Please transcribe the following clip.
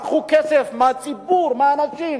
לקחו כסף מהציבור, מענקים,